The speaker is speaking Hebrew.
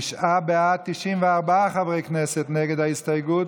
תשעה בעד, 94 חברי כנסת נגד ההסתייגות.